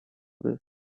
this